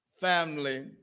family